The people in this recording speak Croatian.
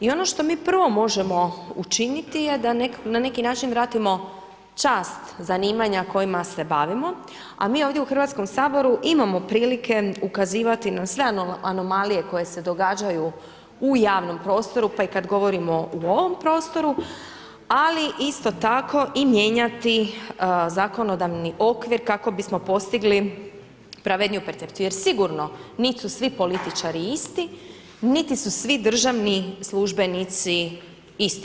I ono što mi prvo možemo učiniti je da na neki način vratimo čast zanimanja kojima se bavimo, a mi ovdje u HS-u imamo prilike ukazivati na sve anomalije koje se događaju u javnom prostoru, pa i kad govorimo u ovom prostoru, ali isto tako i mijenjati zakonodavni okvir kako bismo postigli pravedniju percepciju jer sigurno nit su svi političari isti, niti su svi državni službenici isti.